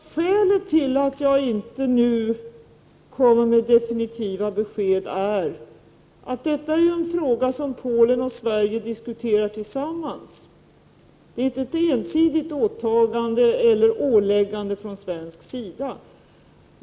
Herr talman! Skälet till att jag inte nu ger definitiva besked är att detta är en fråga som Polen och Sverige diskuterar tillsammans. Det är inte något ensidigt åtagande eller åläggande från svensk sida.